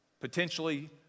potentially